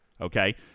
okay